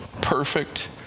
Perfect